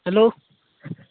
hello